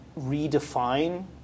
redefine